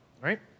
right